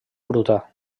bruta